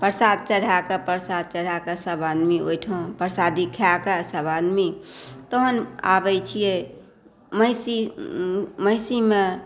प्रसाद चढ़ाकऽ सबआदमी ओहिठाम प्रसादी खाकऽ सबआदमी तहन आबै छिए महिसी महिसीमे